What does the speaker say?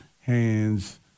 hands